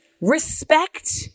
respect